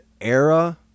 era